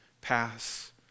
pass